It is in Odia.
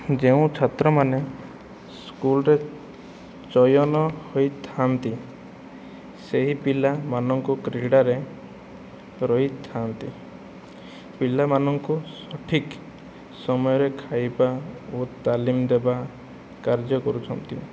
ଯେଉଁ ଛାତ୍ରମାନେ ସ୍କୁଲରେ ଚୟନ ହୋଇଥାନ୍ତି ସେହି ପିଲାମାନଙ୍କୁ କ୍ରୀଡ଼ାରେ ରହିଥାଆନ୍ତି ପିଲାମାନଙ୍କୁ ସଠିକ ସମୟରେ ଖାଇବା ଓ ତାଲିମ ଦେବା କାର୍ଯ୍ୟ କରୁଛନ୍ତି